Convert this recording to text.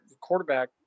quarterback